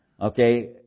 Okay